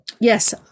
yes